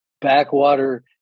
backwater